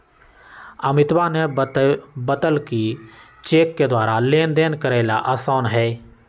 अमितवा ने बतल कई कि चेक के द्वारा लेनदेन करे ला आसान हई